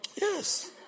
Yes